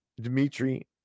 Dmitry